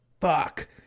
Fuck